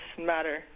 matter